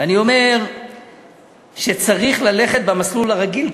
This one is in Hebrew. ואני אומר שצריך ללכת במסלול הרגיל.